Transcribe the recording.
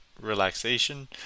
relaxation